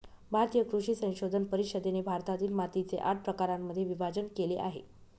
भारतीय कृषी संशोधन परिषदेने भारतातील मातीचे आठ प्रकारांमध्ये विभाजण केले आहे